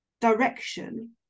direction